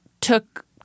took